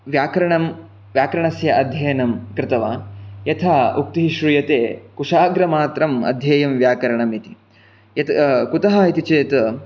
व्याकरणं व्याकरणस्य अध्ययनं कृतवान् यथा उक्तिः श्रूयते कुशाग्रमात्रम् अध्येयं व्याकरणम् इति यत् कुतः इति चेत्